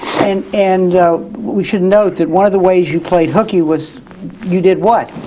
and and we should note that one of the ways you played hooky was you did what?